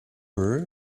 her